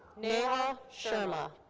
neha sharma.